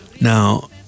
Now